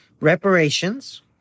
reparations